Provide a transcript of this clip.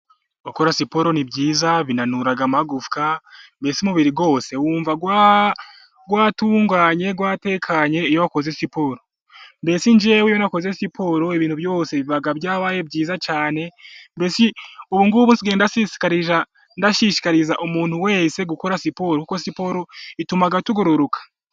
Gukora siporo ni byiza, binanura amagufwa, mbese umubiri wose wumva watunganye, watekanye iyo wakoze siporo, mbese njyewe iyo nakoze siporo, ibintu byose biba byabaye byiza cyane, mbese ubu ngubu nsigaye ndashishikariza umuntu wese gukora siporo, kuko siporo ituma tugororoka.